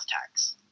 tax